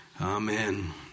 Amen